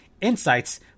insights